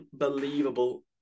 unbelievable